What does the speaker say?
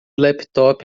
laptop